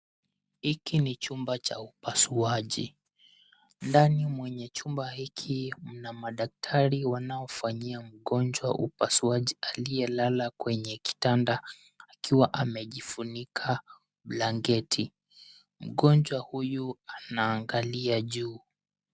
Hiki ni chumba cha upasuaji. Ndani mwenye chumba hiki kuna madaktari wanaofanyia mgonjwa upasuaji aliyelala kwenye kitanda akiwa amejifunika blanketi. Mgonjwa huyu anaangalia juu.